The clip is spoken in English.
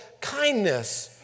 kindness